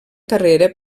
carrera